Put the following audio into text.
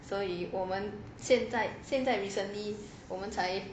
所以我们现在现在 recently 我们才